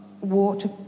water